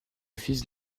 fils